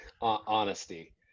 honesty